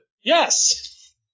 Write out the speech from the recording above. Yes